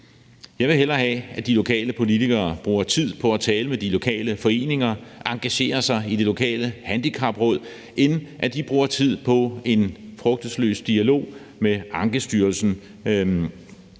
Jeg vil hellere have, at de lokale politikere bruger tid på at tale med de lokale foreninger, og at de engagerer sig i det lokale handicapråd, end at de bruger tid på en frugtesløs dialog med Ankestyrelsen